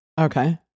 Okay